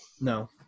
No